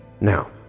Now